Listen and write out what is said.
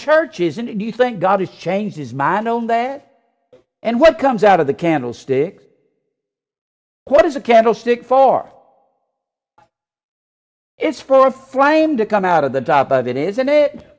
churches and you think god has changed his mind on that and what comes out of the candle stick what is a candle stick far out it's for flame to come out of the top of it isn't it